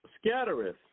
scattereth